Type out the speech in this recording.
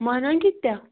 مۄہنوٮ۪ن کِتھ تیٛا